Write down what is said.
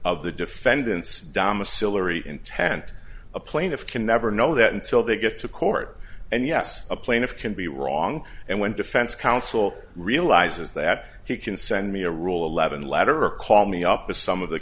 of the defendant's domicile arete intent a plaintiff can never know that until they get to court and yes a plaintiff can be wrong and when defense counsel realizes that he can send me a rule eleven letter or call me up with some of the